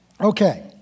Okay